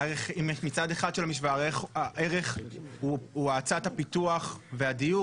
מצד אחד של המשוואה הערך הוא האצת הפיתוח והדיור,